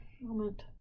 moment